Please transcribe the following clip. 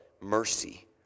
mercy